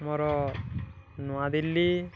ଆମର ନୂଆ ଦିଲ୍ଲୀ